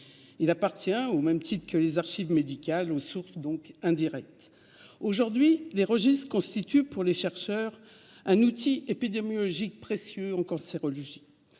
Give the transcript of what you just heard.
Il appartient, au même titre que les archives médicales, aux sources indirectes. Aujourd'hui, les registres constituent un outil épidémiologique précieux pour les